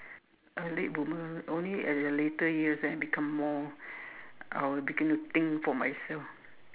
a late boomer only at the later years then I become more I began to think for myself